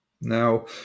now